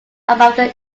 above